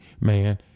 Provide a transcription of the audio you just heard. Man